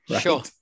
Sure